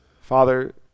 Father